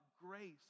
grace